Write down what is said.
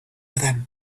them